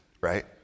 right